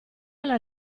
alla